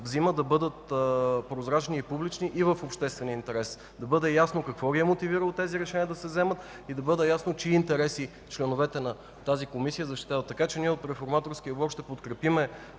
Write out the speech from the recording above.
да бъдат прозрачни, публични и в обществен интерес. Да бъде ясно какво е мотивирало тези решения да бъдат взети, да бъде ясно чии интереси членовете на тази Комисия защитават. Ние от Реформаторския блок ще подкрепим